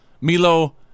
Milo